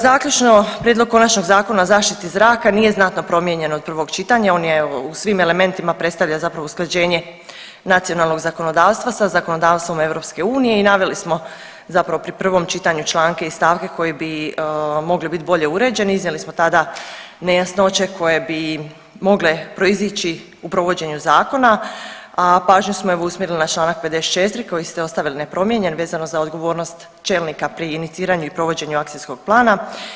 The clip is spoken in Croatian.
Zaključno, prijedlog konačnog Zakona o zaštiti zraka nije znatno promijenjen od prvog čitanja, on je, u svim elementima predstavlja zapravo usklađenje nacionalnog zakonodavstva sa zakonodavstvom EU i naveli smo zapravo pri prvom čitanju članke i stavke koji bi mogli bit bolje uređeni i iznijeli smo tada nejasnoće koje bi mogle proizići u provođenju zakona, a pažnju smo evo usmjerili na čl. 54. koji ste ostavili nepromijenjen vezano za odgovornost čelnika pri iniciranju i provođenju akcijskog plana.